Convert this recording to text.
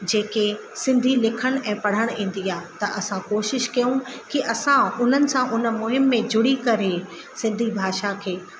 जेके सिंधी लिखणु ऐं पढ़णु ईंदी आहे त असां कोशिश कयूंकी असां उन्हनि सां उन मुहीम में जुड़ी करे सिंधी भाषा खे